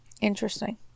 Interesting